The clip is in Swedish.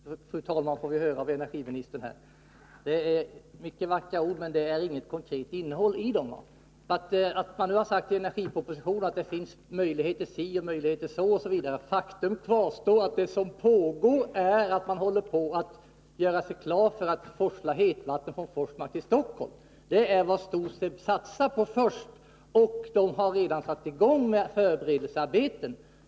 Fru talman! Många vackra ord får vi höra av energiministern, men de saknar ett konkret innehåll. Även om mani energipropositionen säger att det finns olika möjligheter, kvarstår det faktum att man håller på att göra sig klar för att forsla hetvatten från Forsmark till Stockholm. Det är vad STOSEB i första hand satsar på. Man har redan satt i gång förberedelsearbeten.